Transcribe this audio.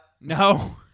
No